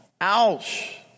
Ouch